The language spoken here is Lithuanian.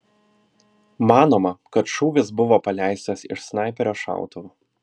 manoma kad šūvis buvo paleistas iš snaiperio šautuvo